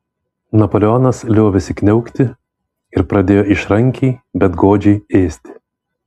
napoleonas liovėsi kniaukti ir pradėjo išrankiai bet godžiai ėsti